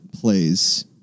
plays